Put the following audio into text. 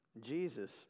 Jesus